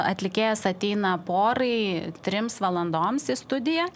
atlikėjas ateina porai trims valandoms į studiją